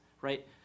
right